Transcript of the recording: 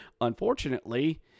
Unfortunately